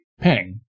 ping